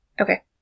Okay